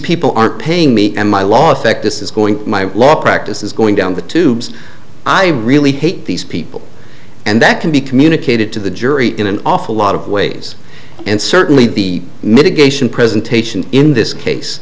people aren't paying me and my last check this is going my law practice is going down the tubes i really hate these people and that can be communicated to the jury in an awful lot of ways and certainly the mitigation presentation in this case